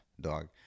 Dog